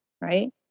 right